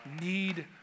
need